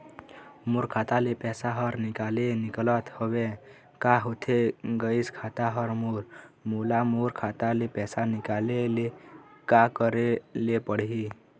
मोर खाता ले पैसा हर निकाले निकलत हवे, का होथे गइस खाता हर मोर, मोला मोर खाता ले पैसा निकाले ले का करे ले पड़ही?